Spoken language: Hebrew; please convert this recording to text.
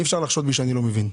אי אפשר לחשוד בי שאני לא מבין.